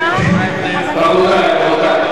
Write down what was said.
ואתה עומד שם ומדבר שטויות, מה ההבדל?